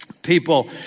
people